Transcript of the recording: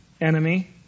enemy